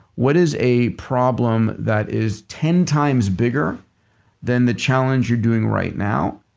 what is a problem that is ten times bigger than the challenge you're doing right now.